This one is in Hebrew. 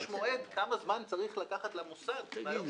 יש מועד כמה זמן צריך לקחת למוסד מהיום